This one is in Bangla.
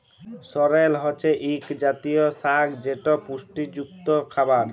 সরেল হছে ইক জাতীয় সাগ যেট পুষ্টিযুক্ত খাবার